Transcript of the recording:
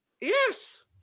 Yes